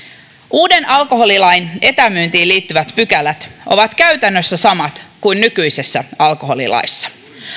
uuden alkoholilain etämyyntiin liittyvät pykälät ovat käytännössä samat kuin nykyisessä alkoholilaissa